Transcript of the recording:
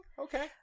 Okay